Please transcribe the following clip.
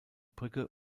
brücke